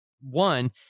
One